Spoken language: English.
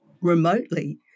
remotely